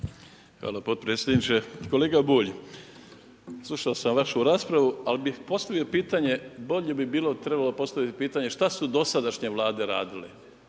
Hvala potpredsjedniče. Kolega Bulj, slušao sam vašu raspravu, ali bih postavio pitanje, bolje bi trebalo postaviti pitanje šta su dosadašnje Vlade radile?